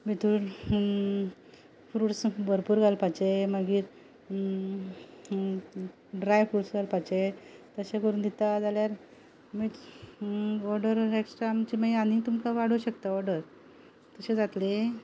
भितर फ्रुट्स भरपूर घालपाचे मागीर ड्राय फ्रुट्स घालपाचे तशें करून दिता जाल्यार ऑर्डर एकस्ट्रा मागीर आमची आनी तुमकां वाडोवंक शकता ऑर्डर तशें जातलें